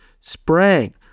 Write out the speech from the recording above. sprang